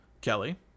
kelly